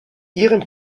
ihrem